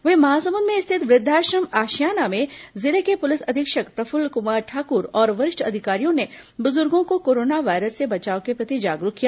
वहीं महासमुंद में रिथत वृद्वाश्रम आशियाना में जिले के पुलिस अधीक्षक प्रफुल्ल कुमार ठाकुर और वरिष्ठ अधिकारियों ने बुजुर्गो को कोरोना वायरस से बचाव के प्रति जागरूक किया